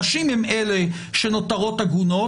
הנשים הן אלה שנותרות עגונות,